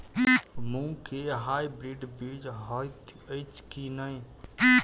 मूँग केँ हाइब्रिड बीज हएत अछि की नै?